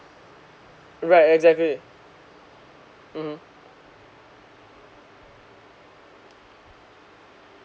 right exactly mmhmm